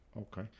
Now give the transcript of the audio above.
Okay